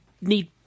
need